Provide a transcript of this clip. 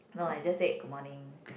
no I just said good morning